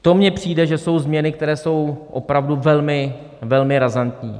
To mně přijde, že jsou změny, které jsou opravdu velmi, velmi razantní.